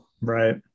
Right